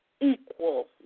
equal